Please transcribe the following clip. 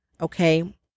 okay